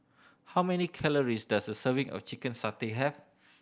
how many calories does a serving of chicken satay have